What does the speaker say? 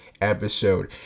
episode